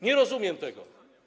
Nie rozumiem tego.